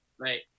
Right